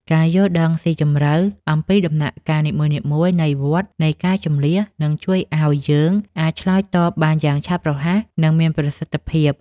ការយល់ដឹងស៊ីជម្រៅអំពីដំណាក់កាលនីមួយៗនៃវដ្តនៃការជម្លៀសនឹងជួយឱ្យយើងអាចឆ្លើយតបបានយ៉ាងរហ័ស និងមានប្រសិទ្ធភាព។